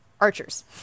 archers